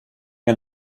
nie